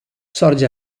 sorge